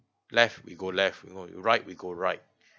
left we go left you know right we go right